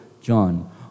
John